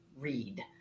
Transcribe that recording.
read